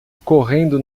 correndo